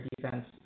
defense